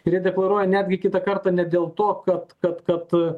ir jie deklaruoja netgi kitą kartą ne dėl to kad kad kad